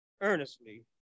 earnestly